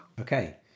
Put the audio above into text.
Okay